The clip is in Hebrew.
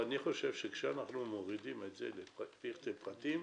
אני חושב שכשאנחנו מורידים את זה לפרטי פרטים,